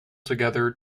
together